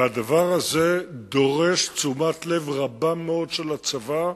והדבר הזה דורש תשומת-לב רבה מאוד של הצבא,